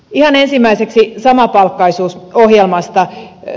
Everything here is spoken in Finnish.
ihan ensimmäiseksi samapalkkaisuusohjelmasta